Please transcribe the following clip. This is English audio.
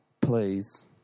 please